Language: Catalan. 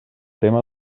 tema